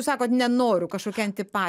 sakot nenoriu kažkokią antipa